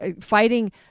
fighting